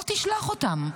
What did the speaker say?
לא תשלח אותם.